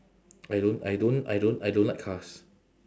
I don't I don't I don't I don't like cars